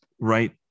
right